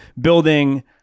Building